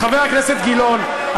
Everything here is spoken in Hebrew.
חבר הכנסת גילאון,